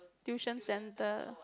tuition centre